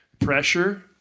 pressure